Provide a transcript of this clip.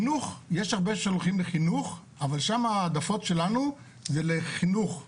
יש הרבה שהולכים לחינוך אבל שם ההעדפות שלנו זה לחינוך מדעים,